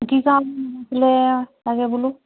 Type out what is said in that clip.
কি কাৰণে নাবাছিলে তাকে বোলো